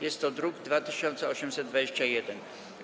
Jest to druk nr 2821.